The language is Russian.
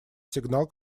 сигнал